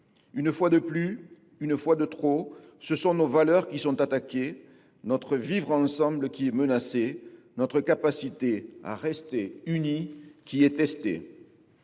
Une fois de plus, une fois de trop, ce sont nos valeurs qui sont attaquées, notre vivre ensemble qui est menacé, notre capacité à rester unis qui est testée.